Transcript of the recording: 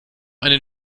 einen